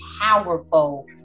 powerful